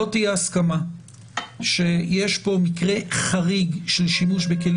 אם לא תהיה הסכמה שיש פה מקרה חריג של שימוש בכלים